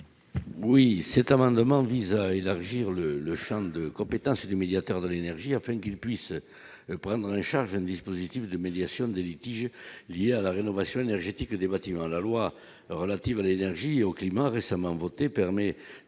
Oui, cet amendement vise à élargir le le Champ de compétence du médiateur de l'énergie afin qu'ils puissent prendre en charge un dispositif de médiation des litiges liés à la rénovation énergétique des bâtiments à la loi relative à l'énergie et au climat, récemment votée permet